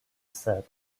said